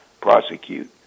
prosecute